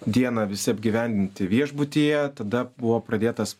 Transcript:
dieną visi apgyvendinti viešbutyje tada buvo pradėtas